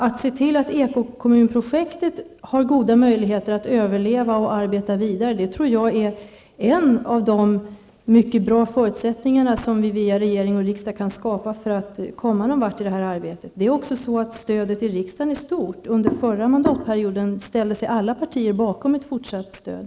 Att se till att ekokommunprojektet har goda möjligheter att överleva och arbeta vidare är en av de mycket bra förutsättningar som vi via regering och riksdag kan skapa för att komma någonvart i detta arbete. Stödet i riksdagen är stort. Under förra mandatperioden ställde sig alla partier bakom ett fortsatt stöd.